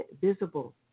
visible